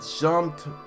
jumped